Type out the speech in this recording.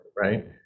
Right